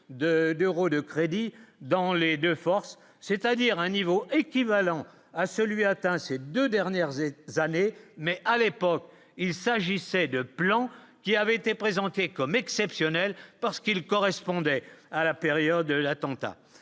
d'euros de crédits dans les 2 forces, c'est-à-dire un niveau équivalent à celui atteint ces 2 dernières années années mais à l'époque il s'agissait de plan qui avait été présenté comme exceptionnel parce qu'il correspondait à la période de l'attentat